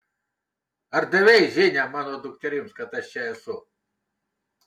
ar davei žinią mano dukterims kad aš čia esu